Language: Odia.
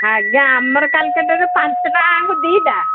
ଆଜ୍ଞା ଆମର କାଲକାଟାରେ ପାଞ୍ଚଟଙ୍କାକୁ ଦୁଇଟା